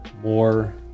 more